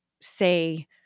say